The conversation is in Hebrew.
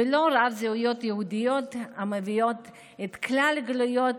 ולא לריבוי זהויות יהודיות המביאות את כלל הגלויות